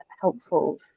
helpful